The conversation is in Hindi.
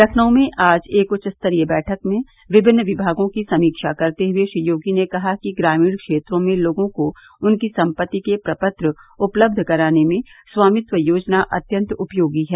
लखनऊ में आज एक उच्च स्तरीय बैठक में विभिन्न विभागों की समीक्षा करते हुए श्री योगी ने कहा कि ग्रामीण क्षेत्रों में लोगों को उनकी सम्पत्ति के प्रपत्र उपलब्ध कराने में स्वामित्व योजना अत्यन्त उपयोगी है